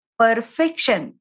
perfection